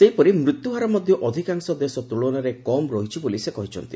ସେହିପରି ମୃତ୍ୟୁହାର ମଧ୍ୟ ଅଧିକାଂଶ ଦେଶ ତ୍ରଳନାରେ କମ୍ ରହିଛି ବୋଲି ସେ କହିଛନ୍ତି